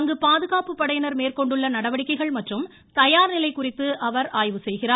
அங்கு பாதுகாப்பு படையினர் மேற்கொண்டுள்ள நடவடிக்கைள் மற்றும் தயார்நிலை குறித்து அவர் ஆய்வு செய்கிறார்